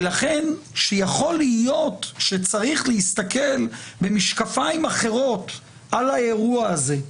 ולכן שיכול להיות שצריך להסתכל במשקפיים אחרים על האירוע הזה.